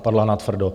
Padla natvrdo.